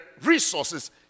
resources